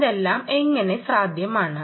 ഇതെല്ലാം എങ്ങനെ സാധ്യമാണ്